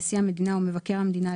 נשיא המדינה או מבקר המדינה,